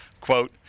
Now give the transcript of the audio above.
Quote